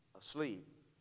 asleep